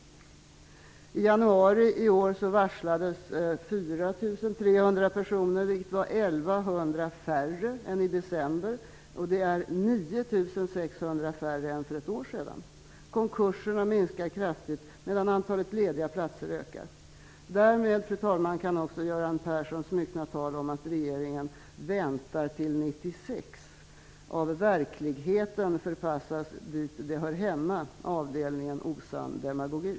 I 1 100 färre än i december. Det är 9 600 färre än för ett år sedan. Konkurserna minskar kraftigt medan antalet lediga platser ökar. Därmed, fru talman, kan också Göran Perssons myckna tal om att regeringen väntar till 1996 av verkligheten förpassas dit det hör hemma: avdelningen osann demagogi.